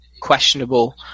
questionable